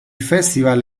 festival